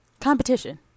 Competition